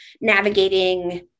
navigating